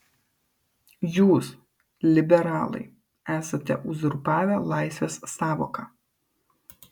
jūs liberalai esate uzurpavę laisvės sąvoką